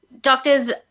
doctors